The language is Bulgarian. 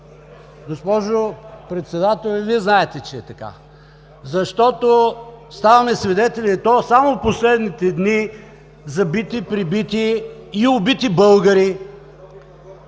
Госпожо Председател, и Вие знаете че е така. Защото ставаме свидетели, и то само последните дни, за бити, пребити и убити българи,